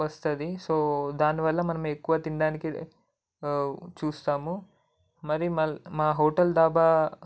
వస్తుంది సో దానివల్ల మనం ఎక్కువ తినడానికి చూస్తాము మరి మా హోటల్ డాబా